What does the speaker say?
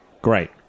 Great